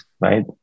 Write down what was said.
right